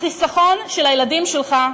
החיסכון של הילדים שלך,